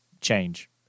change